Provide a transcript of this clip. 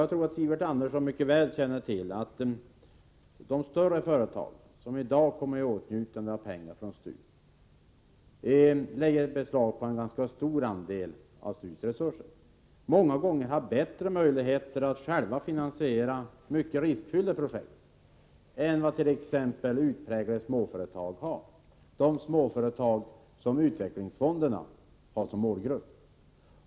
Jag tror att Sivert Andersson mycket väl känner till att de större företag som i dag kommer i åtnjutande av pengar från STU och som lägger beslag på en ganska stor andel av STU:s resurser många gånger har bättre möjligheter att själva finansiera mycket riskfyllda projekt än vad t.ex. utpräglade småföretag har — de småföretag som utvecklingsfonderna har som målgrupp.